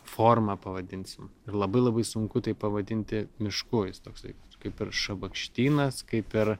formą pavadinsim ir labai labai sunku tai pavadinti mišku jis toksai kaip ir šabakštynas kaip ir